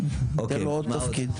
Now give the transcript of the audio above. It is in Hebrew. ניתן לו עוד תפקיד.